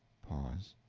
pause.